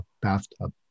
bathtub